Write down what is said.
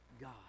God